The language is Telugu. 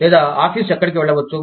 లేదా ఆఫీసు ఎక్కడికి వెళ్ళవచ్చు